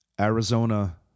Arizona